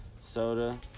soda